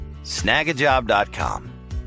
snagajob.com